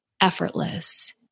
effortless